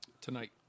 tonight